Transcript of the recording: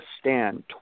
stand